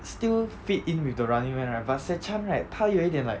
still fit in with the running man right but se chan right 他有一点 like